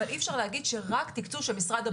אי אפשר להגיד שרק תקצוב של משרד הבריאות